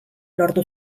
lortu